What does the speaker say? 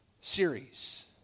series